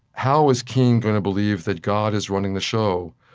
how is king going to believe that god is running the show,